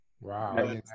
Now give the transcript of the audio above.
Wow